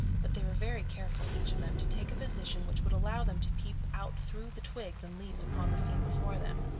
but they were very careful, each of them, to take a position which would allow them to peep out through the twigs and leaves upon the scene before them.